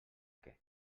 què